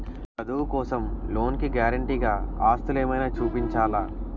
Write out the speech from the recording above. చదువు కోసం లోన్ కి గారంటే గా ఆస్తులు ఏమైనా చూపించాలా?